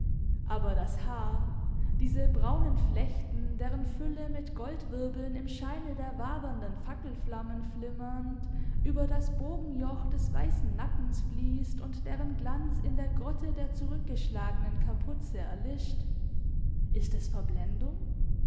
aber das haar diese braunen flechten deren fülle mit goldwirbeln im scheine der wabernden fackelflammen flimmernd über das bogenjoch des weißen nackens fließt und deren glanz in der grotte der zurückgeschlagenen kapuze erlischt ist es verblendung